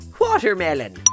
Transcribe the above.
Watermelon